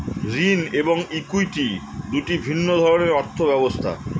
ঋণ এবং ইক্যুইটি দুটি ভিন্ন ধরনের অর্থ ব্যবস্থা